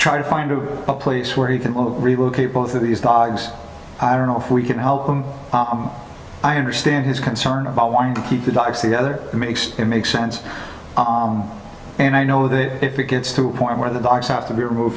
try to find a place where he can relocate both of these dogs i don't know if we can help him i understand his concern about wanting to keep the ducks the other makes it makes sense and i know that if it gets to a point where the docs have to be removed